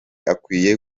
akwiye